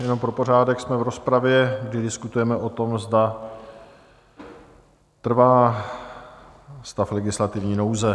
Jenom pro pořádek, jsme v rozpravě, kdy diskutujeme o tom, zda trvá stav legislativní nouze.